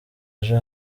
ejo